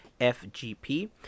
FGP